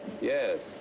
Yes